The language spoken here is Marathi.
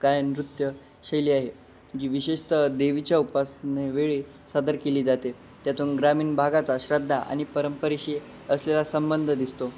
गायन नृत्यशैली आहे जी विशेषत देवीच्या उपासनेवेळी सादर केली जाते त्यातून ग्रामीण भागाचा श्रद्धा आणि परंपरेशी असलेला संबंध दिसतो